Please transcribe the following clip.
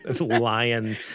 lion